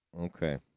Okay